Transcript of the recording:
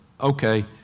okay